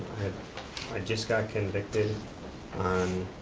had ah just got convicted on